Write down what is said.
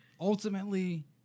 Ultimately